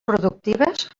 productives